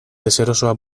deserosoa